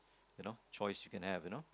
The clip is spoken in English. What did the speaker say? you know choice you can have you know